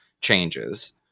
changes